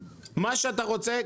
מה שאתה רוצה,